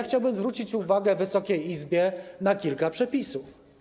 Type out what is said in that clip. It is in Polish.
Chciałbym zwrócić uwagę Wysokiej Izby na kilka przepisów.